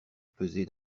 pesé